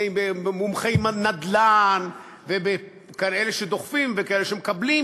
מומחי נדל"ן ובכאלה שדוחפים וכאלה שמקבלים.